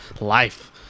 life